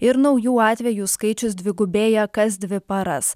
ir naujų atvejų skaičius dvigubėja kas dvi paras